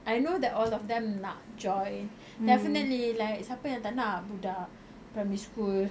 I know that all of them nak join definitely like siapa yang tak nak budak primary school